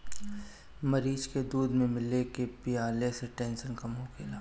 मरीच के दूध में मिला के पियला से टेंसन कम होखेला